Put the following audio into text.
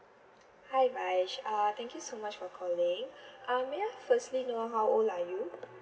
hi baij uh thank you so much for calling um may I firstly know how old are you